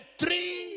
three